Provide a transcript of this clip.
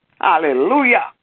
Hallelujah